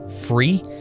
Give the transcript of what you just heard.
free